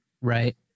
right